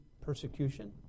persecution